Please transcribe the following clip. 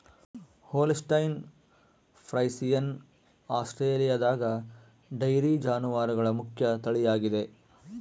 Holstein Friesian ಆಸ್ಟ್ರೇಲಿಯಾದಗ dairy ಜಾನುವಾರುಗಳ ಮುಖ್ಯ ತಳಿಯಾಗಿದೆ